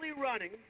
running